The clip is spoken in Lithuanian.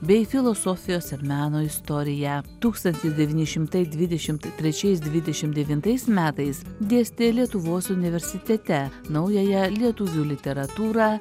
bei filosofijos ir meno istoriją tūkstantis devyni šimtai dvidešimt trečiais dvidešim devintais metais dėstė lietuvos universitete naująją lietuvių literatūrą